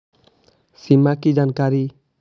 सिमा कि जानकारी?